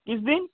किस दिन